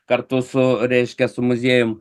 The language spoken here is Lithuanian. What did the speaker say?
kartu su reiškia su muziejum